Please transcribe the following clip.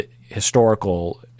historical